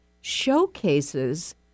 showcases